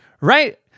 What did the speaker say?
right